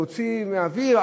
הוציא אוויר.